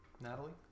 Natalie